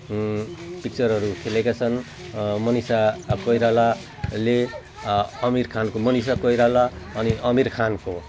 पिक्चरहरू खेलेका छन् मनिषा कोइरालाले अमिर खानको मनिषा कोइराला अनि अमिर खानको